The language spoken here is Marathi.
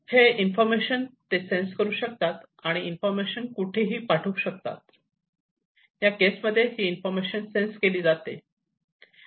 हे इन्फॉर्मेशन ते सेन्स करू शकता आणि ते इन्फॉर्मेशन कुठेही पाठवू शकता आणि या केसमध्ये ही इन्फॉर्मेशन सेन्स केली जाते